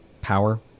power